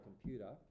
computer